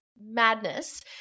Madness